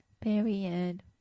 Period